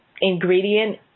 ingredient